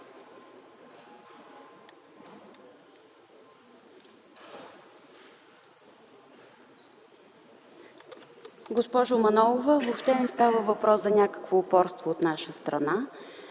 Госпожо Манолова, въобще не става дума за някакво упорство от наша страна.